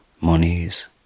monies